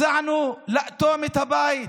הצענו לאטום את הבית,